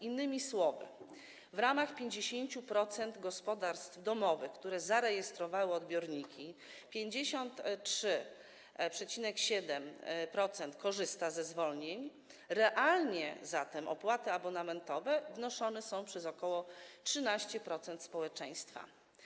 Innymi słowy, w ramach 50% gospodarstw domowych, które zarejestrowały odbiorniki, 53,7% korzysta ze zwolnień, realnie zatem opłaty abonamentowe wnoszone są przez ok. 13% społeczeństwa.